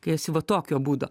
kai esi va tokio būdo